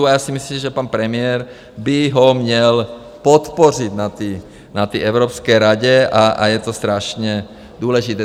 A já si myslím, že pan premiér by ho měl podpořit na té Evropské radě a je to strašně důležité.